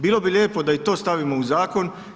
Bilo bi lijepo da i to stavimo u zakon.